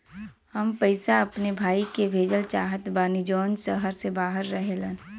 हम पैसा अपने भाई के भेजल चाहत बानी जौन शहर से बाहर रहेलन